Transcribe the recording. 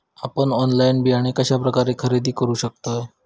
आपन ऑनलाइन बियाणे कश्या प्रकारे खरेदी करू शकतय?